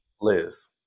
Liz